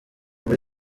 muri